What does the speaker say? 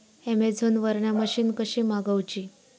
Amazon वरन machine कशी मागवची?